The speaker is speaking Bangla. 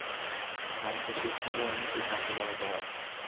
ধান চাষে কী ধরনের কীট নাশক ব্যাবহার করা হয়?